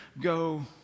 go